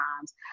times